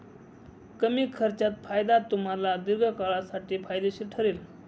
कमी खर्चात फायदा तुम्हाला दीर्घकाळासाठी फायदेशीर ठरेल